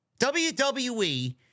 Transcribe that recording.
WWE